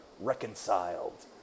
reconciled